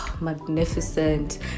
magnificent